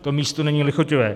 To místo není lichotivé.